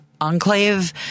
enclave